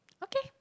okay